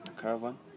Caravan